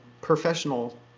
professional